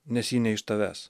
nes ji ne iš tavęs